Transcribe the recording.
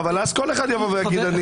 אבל אז כל אחד יבוא ויגיד.